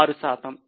6 శాతం